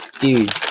dude